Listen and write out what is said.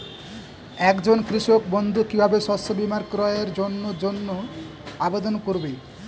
একজন কৃষক বন্ধু কিভাবে শস্য বীমার ক্রয়ের জন্যজন্য আবেদন করবে?